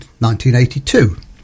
1982